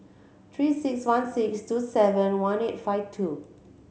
Three Six One six two seven one eight five two